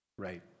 Right